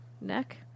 neck